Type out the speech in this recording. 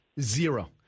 Zero